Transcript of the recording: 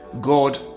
God